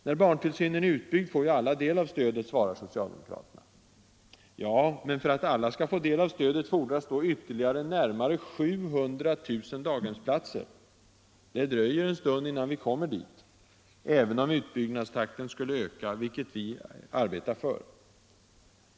När barntillsynen är utbyggd får ju alla del av stödet, svarar socialdemokraterna. Ja, men för att alla skall få del av stödet fordras då ytterligare närmare 700 000 daghemsplatser. Det dröjer en stund innan vi kommer dit, även om utbyggnadstakten skulle öka, vilket vi arbetar för.